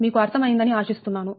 మీకు అర్థం అయిందని ఆశిస్తున్నాను